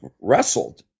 wrestled